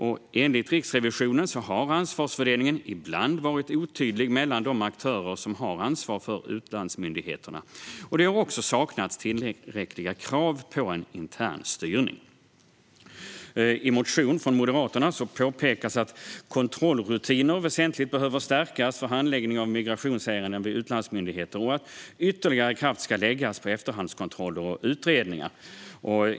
Enligt Riksrevisionen har ansvarsfördelningen ibland varit otydlig mellan de aktörer som har ansvar för utlandsmyndigheterna. Det har också saknats tillräckliga krav på en intern styrning. I en motion från Moderaterna påpekas att kontrollrutiner väsentligt behöver stärkas för handläggning av migrationsärenden vid utlandsmyndigheter och att ytterligare kraft ska läggas på efterhandskontroller och utredningar.